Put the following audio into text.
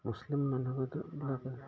মুছলিম মানুহেতু বিলাকে